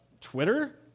Twitter